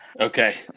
Okay